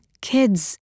kids